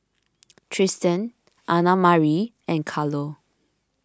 Triston Annmarie and Carlo